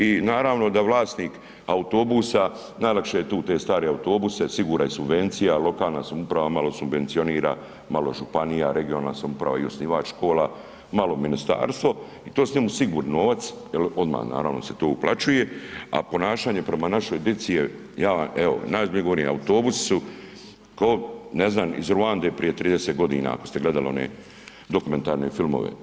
I naravno da vlasnik autobusa, najlakše je tu te stare autobuse, sigurne subvencije lokalna samouprava malo subvencionira, malo županija, regionalna samouprava i osnivač škola, malo ministarstvo i to su njemu sigurni novac jer odmah naravno se to uplaćuje, a ponašanje prema našoj dici, ja evo najozbiljnije govorim, autobusi su ko ne znam iz Ruande prije 30 godina ako ste gledali one dokumentarne filmove.